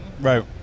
right